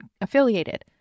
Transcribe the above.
affiliated